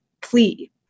plea